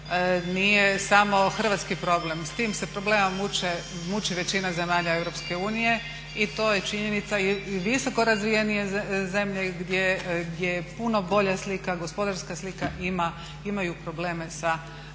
nije samo hrvatski problem. S tim se problemom muči većina zemalja EU i to je činjenica. I visoko razvijenije zemlje gdje je puno bolja slika, gospodarska slika imaju probleme sa natalitetom.